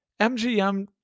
MGM